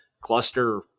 cluster